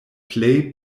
plej